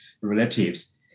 relatives